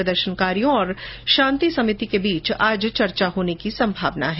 प्रदर्शनकारियों और शांति समिति के बीच आज चर्चा होने की संभावना है